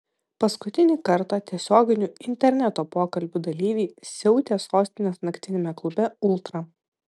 paskutinį kartą tiesioginių interneto pokalbių dalyviai siautė sostinės naktiniame klube ultra